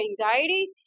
anxiety